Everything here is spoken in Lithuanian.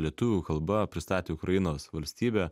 lietuvių kalba pristatė ukrainos valstybę